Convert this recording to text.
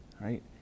right